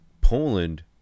Poland